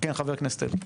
כן, חבר הכנסת זאב אלקין.